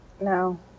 No